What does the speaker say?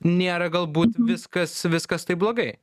nėra galbūt viskas viskas taip blogai